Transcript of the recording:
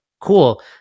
cool